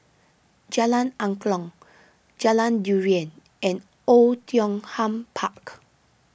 Jalan Angklong Jalan Durian and Oei Tiong Ham Park